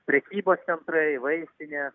prekybos centrai vaistinė